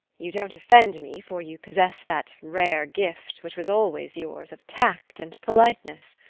you don't offend me, for you possess that rare gift which was always yours of tact and politeness.